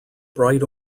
bright